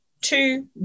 two